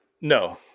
No